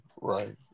right